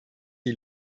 die